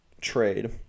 trade